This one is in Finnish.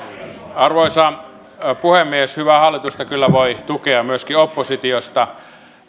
arvoisa puhemies hyvää hallitusta kyllä voi tukea myöskin oppositiosta